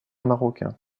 marocain